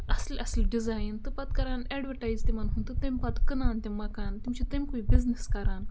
اَصٕلۍ اَصٕلۍ ڈِزایِن تہٕ پَتہٕ کَران اٮ۪ڈوَٹایز تِمَن ہُنٛد تہٕ تَمہِ پَتہٕ کٕنان تِم مَکان تِم چھِ تَمہِ کُے بِزنِس کَران